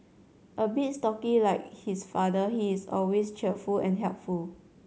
a bit stocky like his father he is always cheerful and helpful